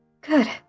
Good